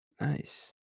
Nice